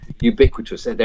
ubiquitous